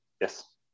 yes